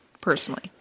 personally